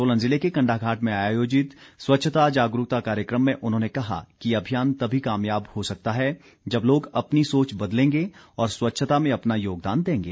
सोलन जिले के कण्डाघाट में आयोजित स्वच्छता जागरूकता कार्यक्रम में उन्होंने कहा कि ये अभियान तभी कामयाब हो सकता है जब लोग अपनी सोच बदलेंगे और स्वच्छता में अपना योगदान देंगे